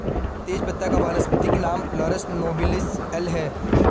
तेजपत्ता का वानस्पतिक नाम लॉरस नोबिलिस एल है